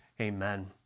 Amen